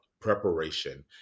preparation